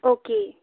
okay